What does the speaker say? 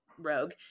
rogue